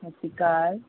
ਸਤਿ ਸ਼੍ਰੀ ਅਕਾਲ